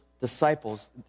disciples